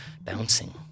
bouncing